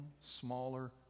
smaller